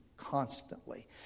Constantly